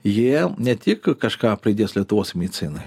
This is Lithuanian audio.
jie ne tik kažką pridės lietuvos medicinai